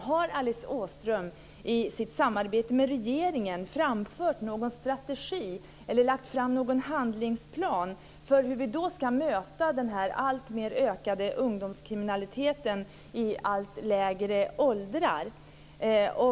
Har Alice Åström, i sitt samarbete med regeringen, framfört någon strategi eller lagt fram någon handlingsplan för hur vi ska möta den alltmer ökande ungdomskriminalitet i allt lägre åldrar?